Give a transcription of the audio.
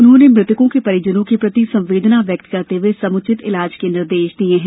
उन्होंने मृतकों के परिजनों के प्रति संवेदना व्यक्त करते हुए समुचित इलाज के निर्देश दिये हैं